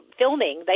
filming